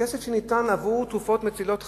כסף שניתן עבור תרופות מצילות חיים,